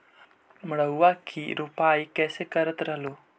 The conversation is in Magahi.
मड़उआ की रोपाई कैसे करत रहलू?